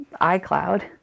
iCloud